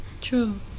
True